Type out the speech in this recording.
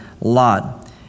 Lot